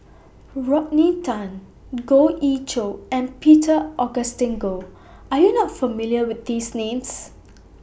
Rodney Tan Goh Ee Choo and Peter Augustine Goh Are YOU not familiar with These Names